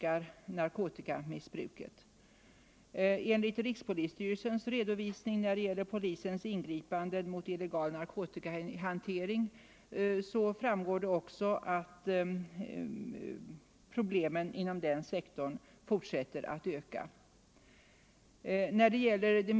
Av rikspo — ket inom kriminallisstyrelsens redovisning när det gäller polisingripanden mot illegal nar — vårdens anstalter, kotikahantering framgår också att problemen inom den sektorn fortsätter — m.m. att öka.